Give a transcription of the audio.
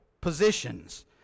positions